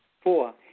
Four